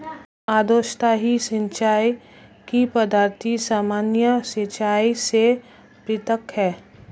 अधोसतही सिंचाई की पद्धति सामान्य सिंचाई से पृथक है